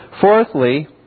Fourthly